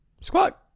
Squat